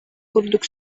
курдук